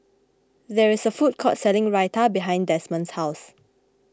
there is a food court selling Raita behind Desmond's house